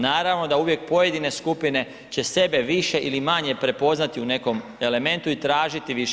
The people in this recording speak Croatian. Naravno da uvijek pojedine skupine će sebe više ili manje prepoznati u nekom elementu i tražiti više.